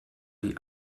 die